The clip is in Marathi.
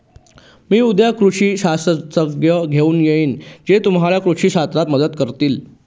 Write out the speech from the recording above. मी उद्या कृषी शास्त्रज्ञ घेऊन येईन जे तुम्हाला कृषी शास्त्रात मदत करतील